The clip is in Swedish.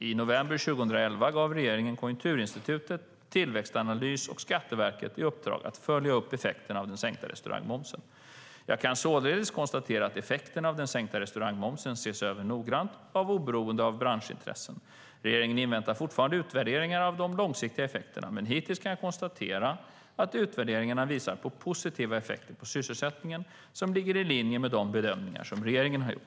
I november 2011 gav regeringen Konjunkturinstitutet, Tillväxtanalys och Skatteverket i uppdrag att följa upp effekterna av den sänkta restaurangmomsen. Jag kan således konstatera att effekten av den sänkta restaurangmomsen ses över noggrant, oberoende av branschintressen. Regeringen inväntar fortfarande utvärderingar av de långsiktiga effekterna, men hittills kan jag konstatera att utvärderingarna visar på positiva effekter på sysselsättningen som ligger i linje med de bedömningar regeringen gjort.